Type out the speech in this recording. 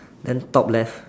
then top left